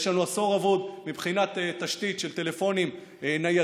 ויש לנו עשור אבוד מבחינת תשתית של טלפונים ניידים,